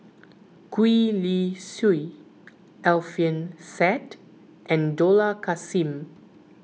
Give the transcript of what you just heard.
Gwee Li Sui Alfian Sa'At and Dollah Kassim